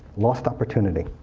lost opportunity